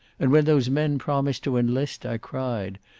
and, when those men promised to enlist, i cried.